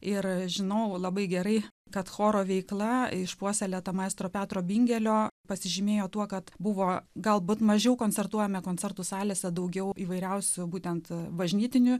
ir žinovų labai gerai kad choro veiklą išpuoselėtą maestro petro bingelio pasižymėjo tuo kad buvo galbūt mažiau koncertuojame koncertų salėse daugiau įvairiausių būtent bažnytinių